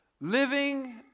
Living